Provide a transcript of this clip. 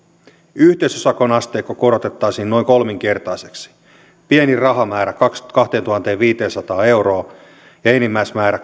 yhteisösakon asteikko korotettaisiin noin kolminkertaiseksi pienin rahamäärä kahteentuhanteenviiteensataan euroon ja enimmäismäärä